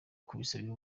kubisabira